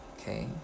okay